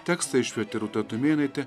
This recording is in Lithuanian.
tekstą išvertė rūta tumėnaitė